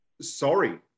sorry